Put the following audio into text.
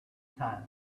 time